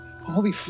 holy